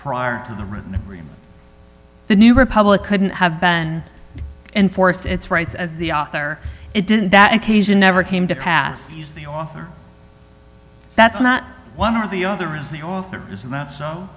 prior to the written agreement the new republic couldn't have been enforce its rights as the author it didn't that occasion never came to pass as the author that's not one or the other is the author is and that